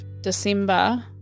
December